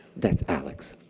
that's alex.